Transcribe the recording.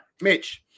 Mitch